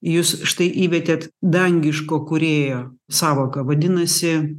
jūs štai įvedėt dangiško kūrėjo sąvoką vadinasi